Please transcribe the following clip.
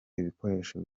ibikoresho